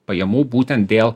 pajamų būtent dėl